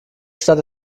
stadt